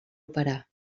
operar